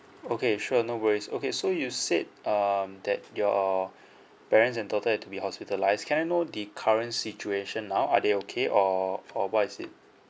okay sure no worries okay so you said um that your parents and daughter had to be hospitalised can I know the current situation now are they okay or or what is it